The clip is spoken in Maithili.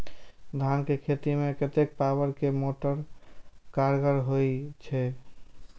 धान के खेती में कतेक पावर के मोटर कारगर होई छै?